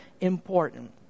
important